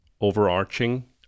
overarching